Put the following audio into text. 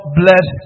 bless